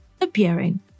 appearing